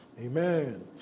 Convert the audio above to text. Amen